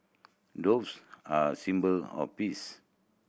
doves are a symbol of peace